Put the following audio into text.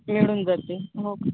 मिळून जातील हो का